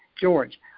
George